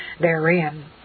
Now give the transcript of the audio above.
therein